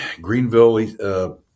Greenville